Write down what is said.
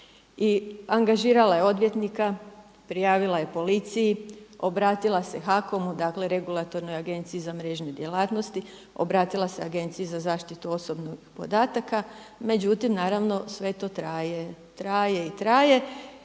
I angažirala je odvjetnika, prijavila je policiji, obratila se HAKOM-u, dakle regulatornoj agenciji za mrežne djelatnosti, obratila se Agenciji za zaštitu osobnih podataka, međutim naravno sve to traje, traje i traje.